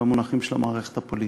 במונחים של המערכת הפוליטית.